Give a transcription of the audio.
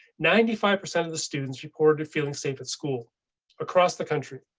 ninety five percent of the students reported feeling safe at school across the country,